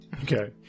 okay